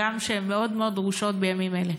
הגם שהן מאוד מאוד דרושות בימים אלה.